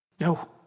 No